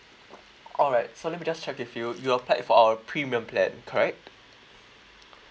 alright so let me just check with you you applied for our premium plan correct